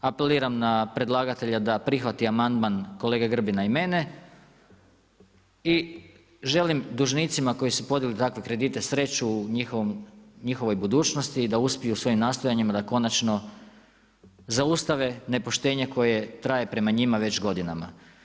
Apeliram na predlagatelja da prihvati amandman kolege Grbina i mene i želim dužnicima koji su podnijeli takve kredite sreću u njihovoj budućnosti i da uspiju u svojim nastojanjima da konačno zaustave nepoštenje koje traje prema njima već godinama.